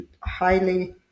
highly